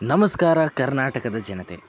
ನಮಸ್ಕಾರ ಕರ್ನಾಟಕದ ಜನತೆ